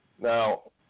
Now